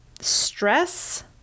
stress